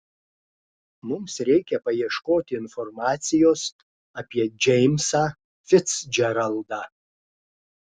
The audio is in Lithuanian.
mums reikia paieškoti informacijos apie džeimsą ficdžeraldą